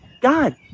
God